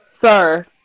Sir